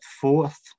fourth